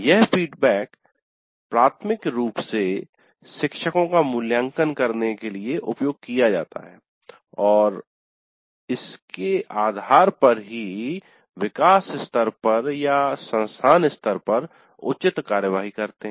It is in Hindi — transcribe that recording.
यह फीडबैक प्राथमिक रूप से शिक्षको का मूल्यांकन करने के लिए उपयोग किया जाता है और उसके आधार पर ही विकास स्तर पर या संस्थान स्तर पर उचित कार्रवाई करते है